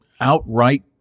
outright